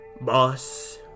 boss